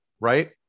right